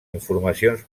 informacions